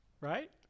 right